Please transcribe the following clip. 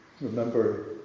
remember